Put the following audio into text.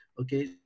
Okay